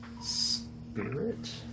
spirit